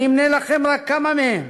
אני אמנה לכם רק כמה מהן: